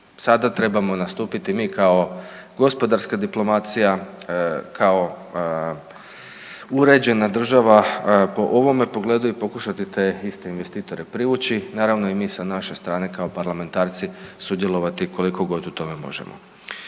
Sada trebamo nastupiti mi kao gospodarska diplomacija, kao uređena država po ovome pogledu i pokušati te iste investitore privući. Naravno i mi sa naše strane, kao parlamentarci, sudjelovati koliko god u tome možemo.